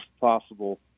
possible